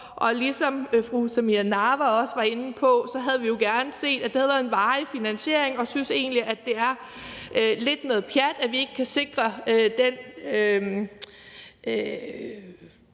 og ligesom fru Samira Nawa også var inde på, havde vi jo gerne set, at det havde været en varig finansiering, og vi synes egentlig, at det lidt er noget pjat, at vi ikke kan sikre den